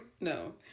No